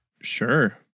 Sure